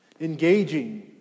Engaging